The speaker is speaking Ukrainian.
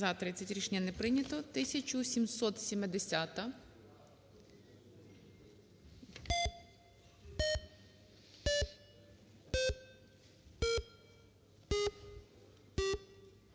За-30 Рішення не прийнято. 1770-а.